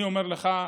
אני אומר לך,